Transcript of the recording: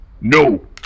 No